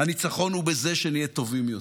הניצחון הוא בזה שנהיה טובים יותר,